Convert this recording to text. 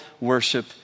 worship